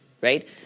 right